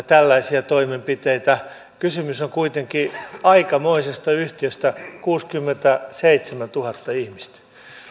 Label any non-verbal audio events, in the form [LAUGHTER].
[UNINTELLIGIBLE] tällaisia toimenpiteitä kysymys on kuitenkin aikamoisesta yhtiöstä kuusikymmentäseitsemäntuhatta ihmistä